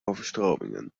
overstromingen